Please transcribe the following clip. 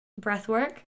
Breathwork